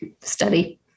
study